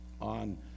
on